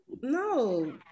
No